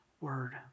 word